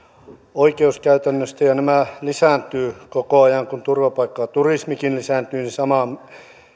oikeuskäytännöstä ja ja nämä lisääntyvät koko ajan kun turvapaikkaturismikin lisääntyy niin samaa